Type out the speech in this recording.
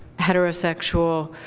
heterosexual